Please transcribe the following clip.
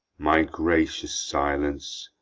my gracious silence,